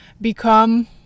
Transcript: become